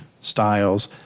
styles